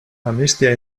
amnistia